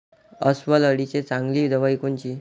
अस्वल अळीले चांगली दवाई कोनची?